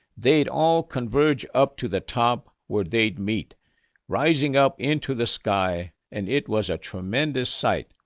they'd all converge up to the top where they'd meet rising up into the sky, and it was a tremendous sight.